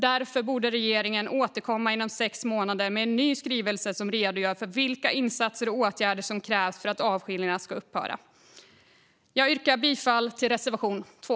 Därför borde regeringen återkomma inom sex månader med en ny skrivelse som redogör för vilka insatser och åtgärder som krävs för att avskiljningarna ska upphöra. Jag yrkar bifall till reservation 2.